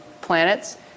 planets